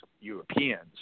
Europeans